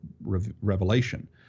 revelation